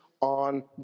on